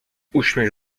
uśmiech